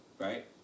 right